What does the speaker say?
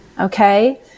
Okay